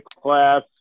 class